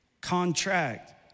contract